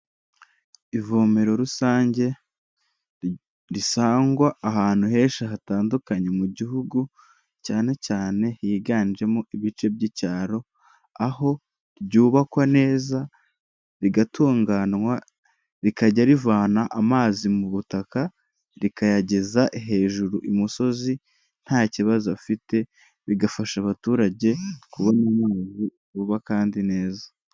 Ivomero rusange risangwa ahantu henshi hatandukanye mu gihugu, cyane cyane higanjemo ibice by'icyaro, aho ryubakwa neza rigatunganwa, rikajya rivana amazi mu butaka, rikayageza hejuru imusozi nta kibazo afite, bigafasha abaturage kubona amazi vuba kandi neza.